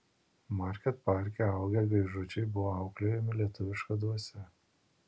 market parke augę gaižučiai buvo auklėjami lietuviška dvasia